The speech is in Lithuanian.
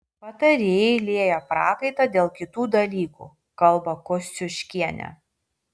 patarėjai lieja prakaitą dėl kitų dalykų kalba kosciuškienė